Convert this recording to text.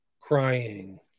crying